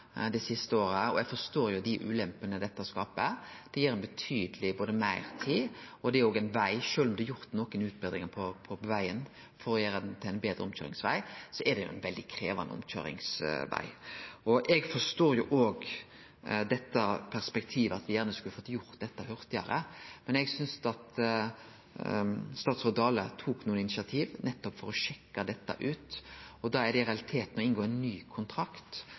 siste året, og eg forstår dei ulempene dette skaper. Det gir betydeleg meirtid, og sjølv om det er gjort nokre utbetringar på vegen for å gjere han til ein betre omkøyringsveg, er det ein veldig krevjande omkøyringsveg. Eg forstår òg det perspektivet at me gjerne skulle ha fått gjort dette hurtigare, men eg synest statsråd Dale tok nokre initiativ for nettopp å sjekke ut dette. Da blir det i realiteten å inngå ein ny kontrakt,